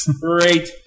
Great